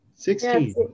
Sixteen